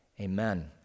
Amen